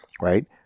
right